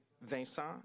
Vincent